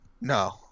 no